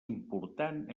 important